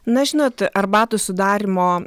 na žinot arbatų sudarymo